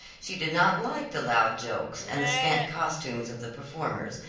she did not like the loud jokes, and the scant costumes of the performers,